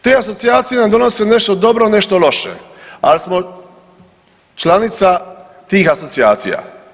Te asocijacije nam donose nešto dobro, nešto loše, ali smo članica tih asocijacija.